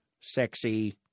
sexy